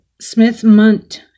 Smith-Munt